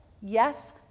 yes